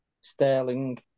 Sterling